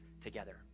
together